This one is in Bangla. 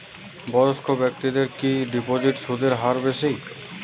বয়স্ক ব্যেক্তিদের কি ডিপোজিটে সুদের হার বেশি?